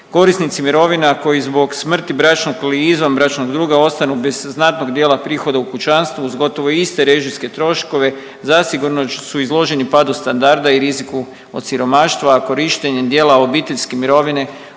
Korisnici mirovina koji zbog smrti bračnog ili izvanbračnog druga ostanu bez znatnog dijela prihoda u kućanstvu uz gotovo iste režijske troškove zasigurno su izloženi padu standarda i riziku od siromaštva, a korištenjem dijela obiteljske mirovine